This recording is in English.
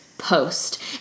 post